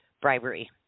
bribery